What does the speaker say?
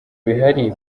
bihari